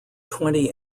twenty